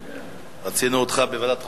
רצינו אותך בוועדת החוקה,